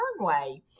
turnway